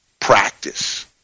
practice